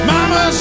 Mama